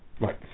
Right